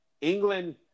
England